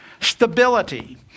Stability